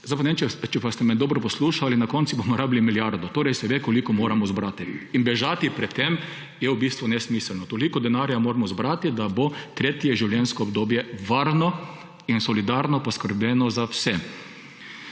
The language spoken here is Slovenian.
pa če ste me dobro poslušali, na koncu bomo rabili milijardo, torej se ve, koliko moramo zbrati. In bežati pred tem je v bistvu nesmiselno. Toliko denarja moramo zbrati, da bo tretje življenjsko obdobje varno in solidarno poskrbljeno za vse.